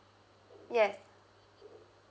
yes